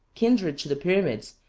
kindred to the pyramids,